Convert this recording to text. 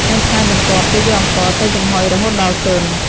នៅថ្ងៃបន្ទាប់ គេយកអង្ករទៅចំហុយរហូតដល់ទន់។